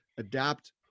adapt